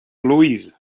blwydd